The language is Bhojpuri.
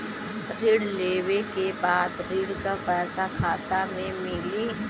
ऋण लेवे के बाद ऋण का पैसा खाता में मिली?